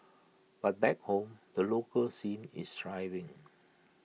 but back home the local scene is thriving